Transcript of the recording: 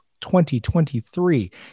2023